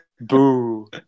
Boo